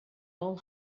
all